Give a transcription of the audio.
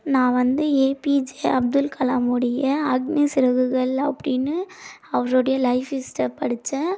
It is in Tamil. நான் வந்து ஏபிஜே அப்துல் கலாமுடைய அக்னி சிறகுகள் அப்படின்னு அவருடைய லைஃப்பிஸ்ட படித்தேன்